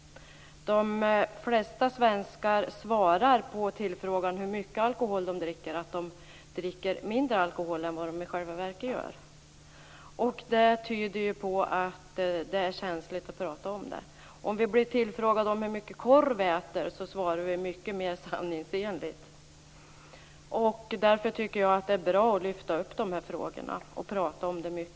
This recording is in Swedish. De flesta svenskar svarar på frågan om hur mycket alkohol de dricker att de dricker mindre alkohol än vad de i själva verket gör. Det tyder på att det är känsligt att prata om alkohol. Om vi blir tillfrågade om hur mycket korv vi äter, svarar vi mycket mer sanningsenligt. Därför är det bra att lyfta fram frågorna och prata om dem ofta.